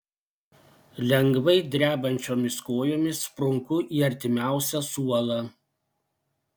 lengvai drebančiomis kojomis sprunku į artimiausią suolą